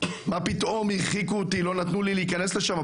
מה פתאום הרחיקו אותי ולא נתנו לי להיכנס לשם.